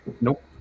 Nope